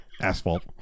Asphalt